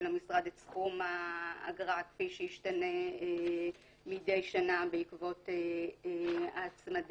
המשרד בתחום האגרה כפי שישתנה מדי שנה בעקבות ההצמדה.